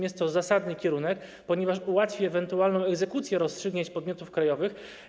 Jest to zasadny kierunek, ponieważ ułatwi ewentualną egzekucję rozstrzygnięć podmiotów krajowych.